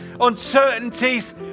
uncertainties